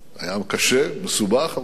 היה קשה, מסובך, אבל הוא